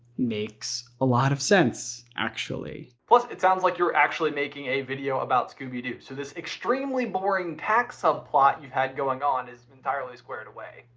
makes a lot of sense actually. plus, it sounds like you're actually making a video about scooby-doo so this extremely boring tack subplot you've had going on is entirely squared away.